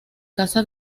casa